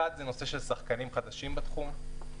1. בנושא של שחקנים חדשים בתחום.